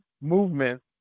movement